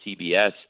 TBS –